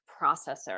processor